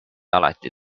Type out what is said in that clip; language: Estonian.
alati